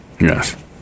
Yes